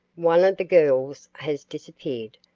one of the girls has disappeared,